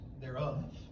thereof